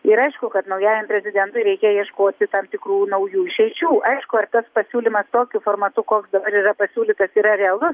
ir aišku kad naujajam prezidentui reikia ieškoti tam tikrų naujų išeičių aišku ar tas pasiūlymas tokiu formatu koks dabar yra pasiūlytas yra realus